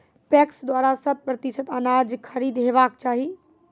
PACS द्वारा शत प्रतिसत अनाज खरीद हेवाक चाही?